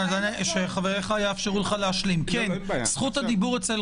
אין לו קול.